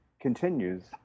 continues